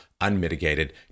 unmitigated